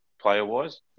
player-wise